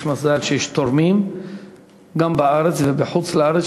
יש מזל שיש תורמים גם בארץ וגם בחוץ-לארץ,